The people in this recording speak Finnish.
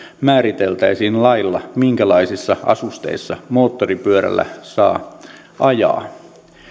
määriteltäisiin lailla minkälaisissa asusteissa moottoripyörällä saa ajaa